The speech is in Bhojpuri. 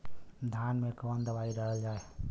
धान मे कवन दवाई डालल जाए?